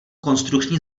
konstrukční